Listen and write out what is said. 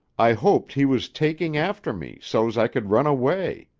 i hoped he was taking after me so's i could run away.